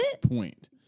point